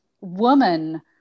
woman